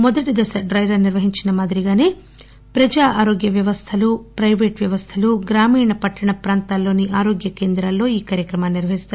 మొదటి దశ డైరన్ నిర్వహించిన మాదిరిగానే ప్రజా ఆరోగ్య వ్యవస్థలు ప్రైవేటు వ్యవస్థలు గ్రామీణ పట్టణ ప్రాంతాల్లోని ఆరోగ్య కేంద్రాల్లో ఈ కార్యక్రమాన్ని నిర్వహిస్తారు